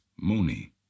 Mooney